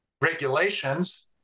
regulations